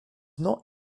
not